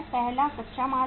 पहला कच्चा माल है